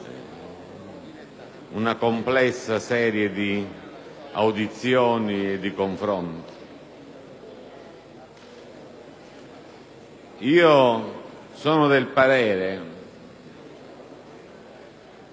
una complessa serie di audizioni e di confronti. Sono del parere